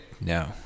no